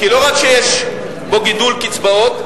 כי לא רק שיש בו גידול קצבאות,